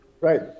Right